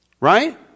Right